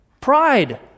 Pride